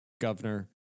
governor